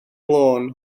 lôn